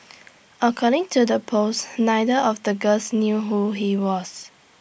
according to the post neither of the girls knew who he was